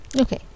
okay